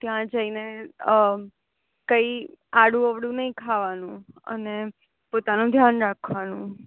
ત્યાં જઈને કંઈ આડું અવળું નહીં ખાવાનું અને પોતાનું ધ્યાન રાખવાનું